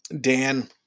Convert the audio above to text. Dan